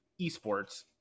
esports